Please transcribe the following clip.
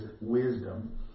wisdom